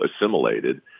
assimilated